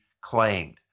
claimed